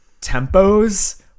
tempos